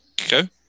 Okay